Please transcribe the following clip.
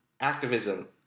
activism